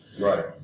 Right